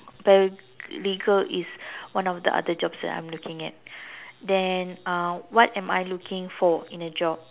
paralegal is one of the other jobs that I'm looking at then uh what am I looking for in a job